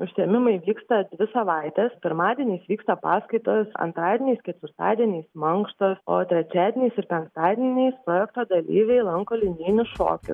užsiėmimai vyksta dvi savaites pirmadieniais vyksta paskaitos antradieniais ketvirtadieniais mankštos o trečiadieniais ir penktadieniais projekto dalyviai lanko linijinius šokiu